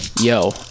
Yo